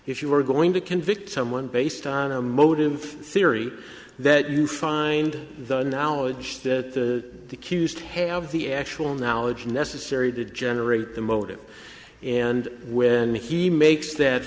if you are going to convict someone based on a motive theory that you find the knowledge that the accused have the actual knowledge necessary to generate the motive and when he makes that